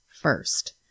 first